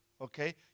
okay